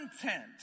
content